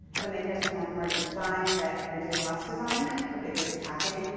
when they hear something like emergent design, that you're doing less design or that you're just hacking.